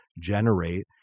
generate